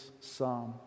psalm